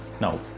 now